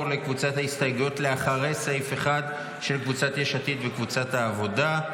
לקבוצת ההסתייגויות אחרי סעיף 1 של קבוצת יש עתיד וקבוצת העבודה.